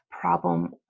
problem